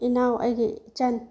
ꯏꯅꯥꯎ ꯑꯩꯒꯤ ꯏꯆꯟ